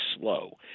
slow